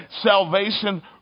salvation